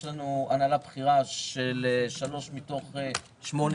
יש לנו בהנהלה הבכירה שלוש נשים מתוך שמונה.